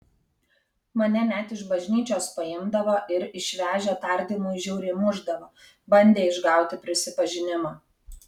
mane net iš bažnyčios paimdavo ir išvežę tardymui žiauriai mušdavo bandė išgauti prisipažinimą